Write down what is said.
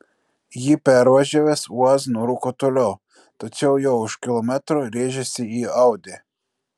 jį pervažiavęs uaz nurūko toliau tačiau jau už kilometro rėžėsi į audi